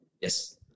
yes